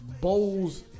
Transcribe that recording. bowls